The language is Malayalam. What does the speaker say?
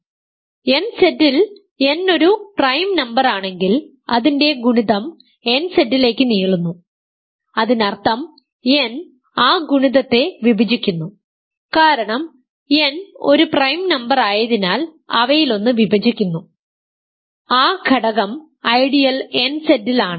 nZ ൽ n ഒരു പ്രൈം നമ്പറാണെങ്കിൽ അതിൻറെ ഗുണിതം nZ ലേക്ക് നീളുന്നു അതിനർത്ഥം n ആ ഗുണിതത്തെ വിഭജിക്കുന്നു കാരണം n ഒരു പ്രൈം നമ്പറായതിനാൽ അവയിലൊന്ന് വിഭജിക്കുന്നു ആ ഘടകം ഐഡിയൽ nZ ൽ ആണ്